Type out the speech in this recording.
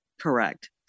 Correct